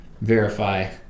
verify